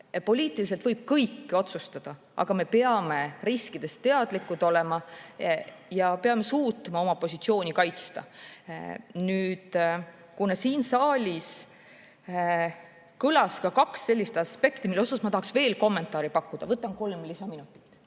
poliitiliselt võib kõike otsustada, aga me peame riskidest teadlikud olema ja peame suutma oma positsiooni kaitsta. Kuna siin saalis kõlas kaks sellist aspekti, mille kohta ma tahaksin veel kommentaari pakkuda, võtan kolm lisaminutit.